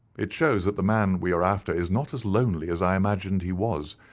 it shows that the man we are after is not as lonely as i imagined he was,